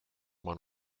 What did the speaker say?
one